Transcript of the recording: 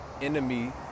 enemy